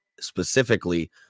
specifically